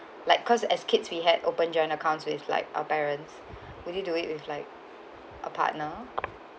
like cause as kids we had open joint accounts with like our parents would you do it with like a partner